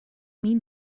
mean